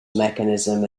mechanism